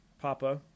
Papa